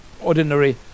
ordinary